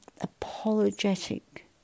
apologetic